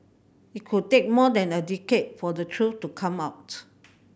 it could take more than a decade for the truth to come out